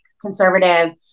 conservative